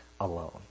alone